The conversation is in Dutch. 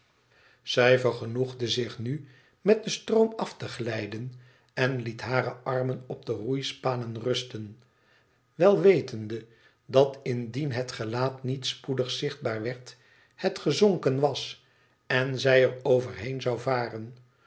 zij vergenoegde zich nu met den stroom af te glijden en liet hare armen op de roeispanen rusten wel wetende dat indien het gelaat niet spoedig zichtbaar werd het gezonken was en zij er overheen zou varen